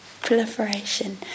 proliferation